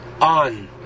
on